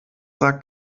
sagt